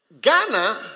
Ghana